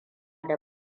da